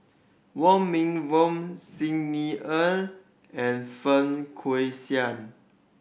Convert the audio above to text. Wong Meng Voon Xi Ni Er and Feng Guixiang